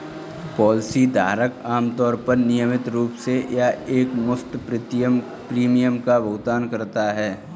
policy धारक आमतौर पर नियमित रूप से या एकमुश्त प्रीमियम का भुगतान करता है